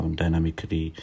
dynamically